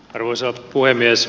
arvoisa puhemies